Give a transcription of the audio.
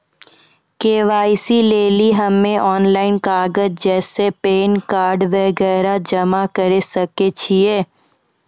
KYC लेली हम्मय online कागज जैसे पैन कार्ड वगैरह जमा करें सके छियै?